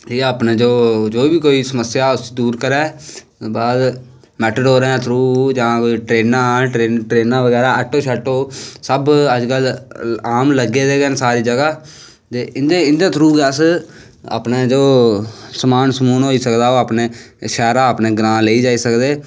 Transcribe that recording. एह् अपने जो बी कोई स्मस्या ऐ उसी दूर करै बाद मैटैडोरैं दै थ्रू जां कोई ट्रेनां बगैरा ऐटो शैटो सब अज्ज कल आम लग्गे दा गै न सारी जगाह् ते इंदे थ्रू गै अस अपने जो समान समून होई सकदा अपनै ओह् शैह्रा दा अपनै ग्रांऽ लेई जाई सकदे